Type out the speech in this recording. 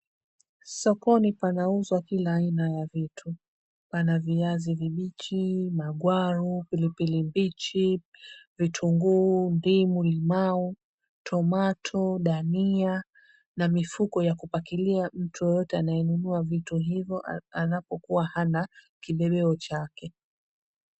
Sokoni panauzwa kila aina ya vitu. Pana viazi vibichi, magwaru, pilipili mbichi, vitunguu, ndimu, limau, tomato , dania na mifuko yakupakilia mtu yoyote anayenunua vitu hivyo anapokuwa hana kibebeo chake.